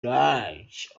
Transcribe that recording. large